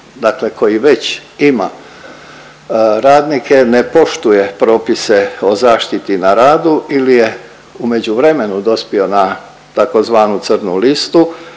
dakle koji već ima radnike, ne poštuje propisuje o zaštiti na radu ili je u međuvremenu dospio na tzv. crnu listu,